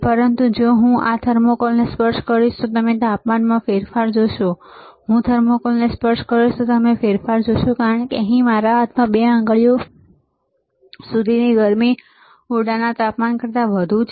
પરંતુ જો હું આ થર્મોકોલને સ્પર્શ કરીશ તો તમે તાપમાનમાં ફેરફાર જોશો જો હું થર્મોકોલને સ્પર્શ કરીશતમે ફેરફાર જોશો કારણ કે અહીં મારા હાથમાં 2 આંગળીઓ સુધીની ગરમી ઓરડાના તાપમાન કરતાં વધુ છે